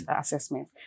assessment